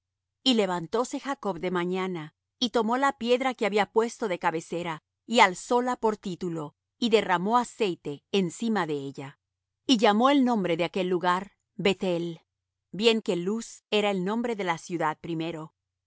y levantóse jacob de mañana y tomó la piedra que había puesto de cabecera y alzóla por título y derramó aceite encima de ella y llamó el nombre de aquel lugar beth-el bien que luz era el nombre de la ciudad primero